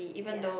ya